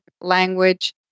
language